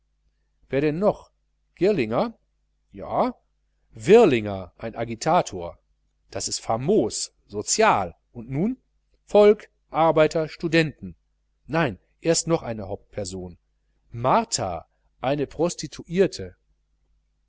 noch girlinger ja wirlinger ein agitator das ist famos sozial und nun volk arbeiter studenten nein erst noch eine hauptperson martha eine prostituierte